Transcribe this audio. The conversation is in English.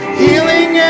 healing